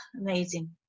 amazing